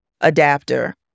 adapter